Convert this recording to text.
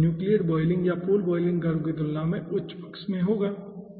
nucleate boiling या pool boiling curve की तुलना में उच्च पक्ष में होगा ठीक है